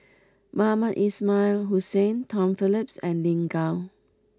Mohamed Ismail Hussain Tom Phillips and Lin Gao